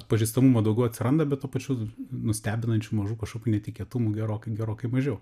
atpažįstamumo daugiau atsiranda bet tuo pačiu nustebinančių mažų kažkokių netikėtumų gerokai gerokai mažiau